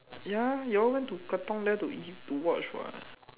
ya you all went to Katong there to eat to watch what